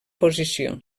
posició